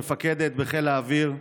מפקדת בחיל האוויר,